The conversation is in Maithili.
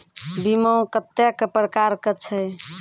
बीमा कत्तेक प्रकारक छै?